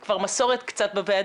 זה כבר מסורת קצת בוועדה,